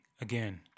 again